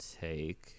take